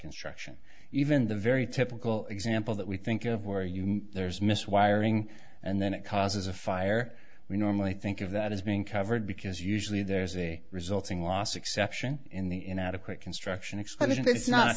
construction even the very typical example that we think of where you there's miswiring and then it causes a fire we normally think of that is being covered because usually there is a resulting loss exception in the inadequate construction exclusion it's not